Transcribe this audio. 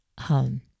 home